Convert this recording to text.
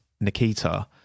Nikita